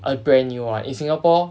a brand new in singapore